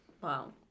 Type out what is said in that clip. wow